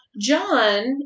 John